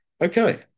Okay